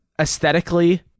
Aesthetically